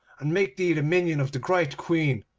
and make thee the minion of the great queen.